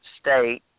State